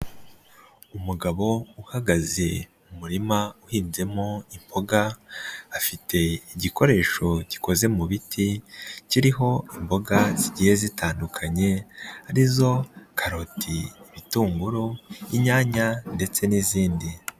Umugabo uhagaze mu murima uhinzemo imboga afite igikoresho gikoze mu biti kiriho imboga zigiye zitandukanye ari zo karoti, ibitunguru, inyanya ndetse n'izindi.